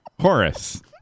Horace